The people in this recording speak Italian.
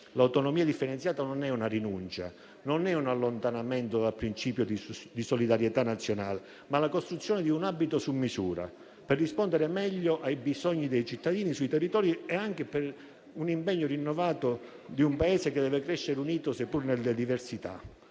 l'autonomia differenziata non è una rinuncia, né un allontanamento dal principio di solidarietà nazionale, ma la costruzione di un abito su misura, per rispondere meglio ai bisogni dei cittadini nei territori e anche per l'impegno rinnovato di un Paese che deve crescere unito, seppur nelle diversità